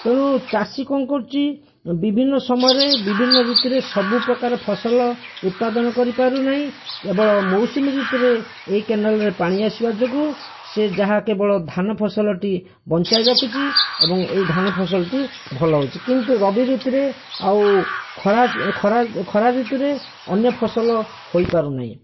ତେଣୁ ଚାଷୀ କଣ କରୁଛି ବିଭିନ୍ନ ସମୟରେ ବିଭିନ୍ନ ଋତୁରେ ସବୁ ପ୍ରକାର ଫସଲ ଉତ୍ପାଦନ କରିପାରୁ ନାହିଁ କେବଳ ମୌସୁମୀ ଋତୁରେ ଏଇ କେନାଲରେ ପାଣି ଆସିବା ଯୋଗୁଁ ସେ ଯାହା କେବଳ ଧାନ ଫସଲଟି ବଞ୍ଚାଇ ରଖୁଛି ଏବଂ ଏଇ ଧାନ ଫସଲଟି ଭଲ ହଉଛି କିନ୍ତୁ ରବି ଋତୁରେ ଆଉ ଖରା ଖରା ଖରା ଋତୁରେ ଅନ୍ୟ ଫସଲ ହୋଇ ପାରୁନାହିଁ